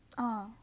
ah